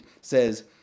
says